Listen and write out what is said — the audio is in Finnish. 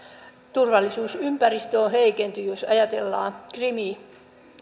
turvallisuusympäristö on heikentynyt jos ajatellaan krim